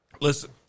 Listen